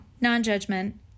non-judgment